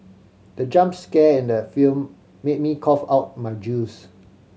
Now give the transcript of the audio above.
the jump scare in the film made me cough out my juice